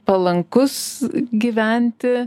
palankus gyventi